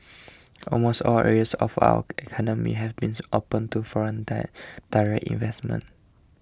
almost all areas of our economy have been opened to foreign direct investment